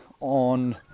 on